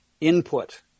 input